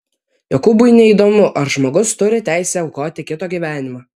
jokūbui neįdomu ar žmogus turi teisę aukoti kito gyvenimą